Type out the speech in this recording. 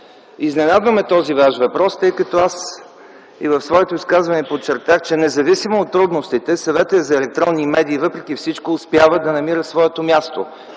изненадва ме този Ваш въпрос, тъй като аз и в своето изказване подчертах, че независимо от трудностите, Съветът за електронни медии, въпреки всичко, успява да намери своето място